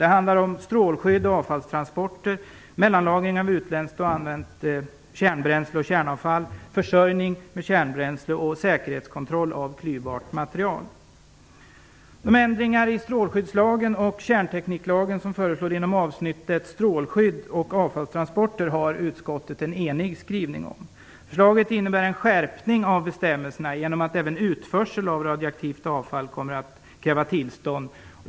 Det handlar om strålskydd och avfallstransporter, mellanlagring av utländskt och använt kärnbränsle och kärnavfall, försörjning med kärnbränsle samt säkerhetskontroll av klyvbart material. Utskottet har en enig skrivning om de ändringar i strålskyddslagen och kärntekniklagen som föreslås inom avsnittet Strålskydd och avfallstransporter. Förslaget innebär en skärpning av bestämmelserna genom att det kommer att krävas tillstånd även för utförsel av radioaktivt avfall.